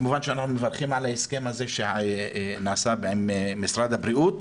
כמובן שאנחנו מברכים על ההסכם הזה שנעשה עם משרד הבריאות.